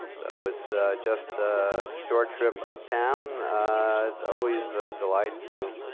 though it's just a short trip up town. it's always a delight to